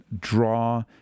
draw